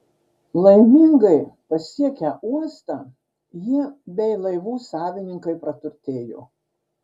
laimingai pasiekę uostą jie bei laivų savininkai praturtėjo